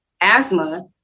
asthma